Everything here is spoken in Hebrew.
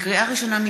לקריאה ראשונה,